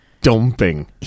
dumping